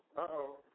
Uh-oh